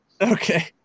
Okay